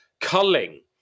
culling